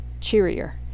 cheerier